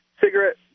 Cigarette